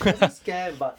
not say scam but